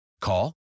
Call